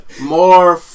More